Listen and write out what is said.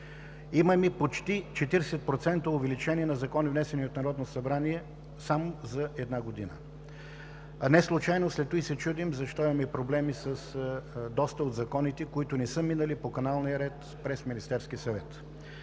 Имаме почти 40% увеличение на законите, внесени от Народното събрание, само за една година. Неслучайно след това се чудим защо имаме проблеми с доста от законите, които не са минали по каналния ред – през Министерския съвет.